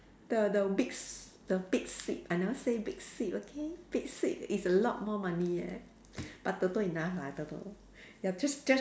the the big s~ the big sweep I never say big sweep okay big sweep is a lot more money eh but TOTO enough lah TOTO ya just just